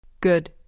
Good